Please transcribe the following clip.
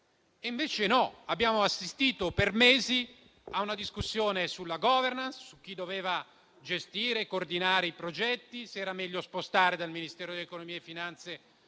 invece abbiamo assistito per mesi a una discussione sulla *governance,* su chi dovesse gestire e coordinare i progetti, se fosse meglio spostarla dal Ministero dell'economia e finanze